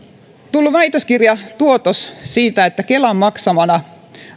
tullut väitöskirjatuotos siitä että kelan maksamana